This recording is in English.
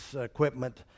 equipment